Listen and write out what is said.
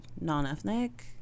non-ethnic